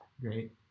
great